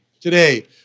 today